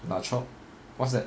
la trobe what's that